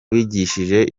wigishije